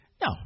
No